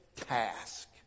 task